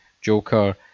Joker